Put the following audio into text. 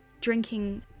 drinking